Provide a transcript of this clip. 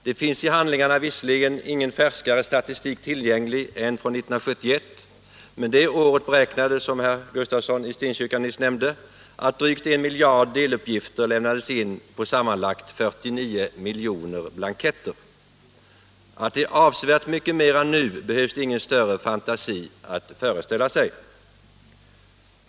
Det finns i handlingarna visserligen ingen färskare statistik tillgänglig än från 1971, men det året beräknades, som herr Gustafsson i Stenkyrka nyss nämnde, att drygt I miljard deluppgifter lämnades in på sammanlagt 49 miljoner blanketter. Att det är avsevärt mycket mera nu behövs det ingen större fantasi för att föreställa sig.